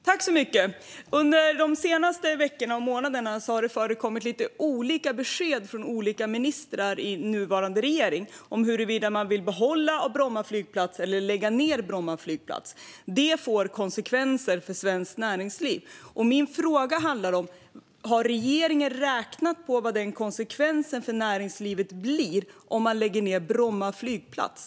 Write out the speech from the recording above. Fru talman! Under de senaste månaderna och veckorna har det förekommit lite olika besked från olika ministrar i regeringen om huruvida man vill behålla eller lägga ned Bromma flygplats. Det får konsekvenser för svenskt näringsliv. Har regeringen räknat på vad konsekvensen för näringslivet blir om man lägger ned Bromma flygplats?